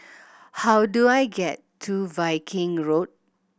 how do I get to Viking Road